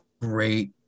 great